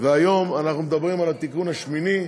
היום אנחנו מדברים על התיקון השמיני,